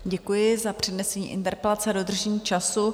Děkuji za přednesení interpelace a dodržení času.